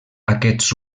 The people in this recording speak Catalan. aquests